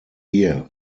year